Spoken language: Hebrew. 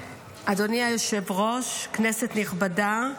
אדוני היושב-ראש, כנסת נכבדה,